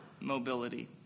mobility